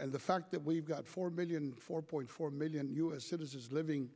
and the fact that we've got four million four point four million u s citizens living